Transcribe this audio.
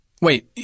wait